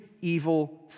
evil